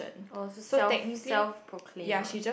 oh so self self proclaim ah